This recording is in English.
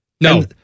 No